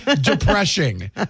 Depressing